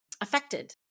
affected